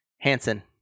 Hansen